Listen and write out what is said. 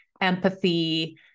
empathy